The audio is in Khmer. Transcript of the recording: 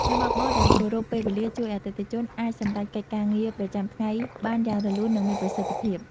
អ្នកបើកបរដែលគោរពពេលវេលាជួយឱ្យអតិថិជនអាចសម្រេចកិច្ចការងារប្រចាំថ្ងៃបានយ៉ាងរលូន និងមានប្រសិទ្ធភាព។